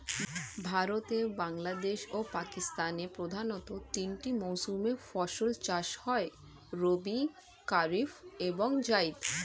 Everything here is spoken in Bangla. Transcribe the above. ভারতে, বাংলাদেশ ও পাকিস্তানের প্রধানতঃ তিনটি মৌসুমে ফসল চাষ হয় রবি, কারিফ এবং জাইদ